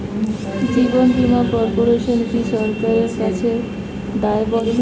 জীবন বীমা কর্পোরেশন কি সরকারের কাছে দায়বদ্ধ?